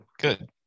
good